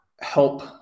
help